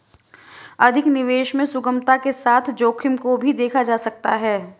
अधिक निवेश में सुगमता के साथ साथ जोखिम को भी देखा जा सकता है